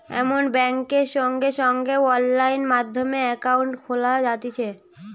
এখন বেংকে সঙ্গে সঙ্গে অনলাইন মাধ্যমে একাউন্ট খোলা যাতিছে